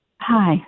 Hi